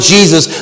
Jesus